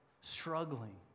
struggling